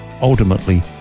ultimately